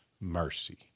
mercy